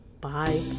Bye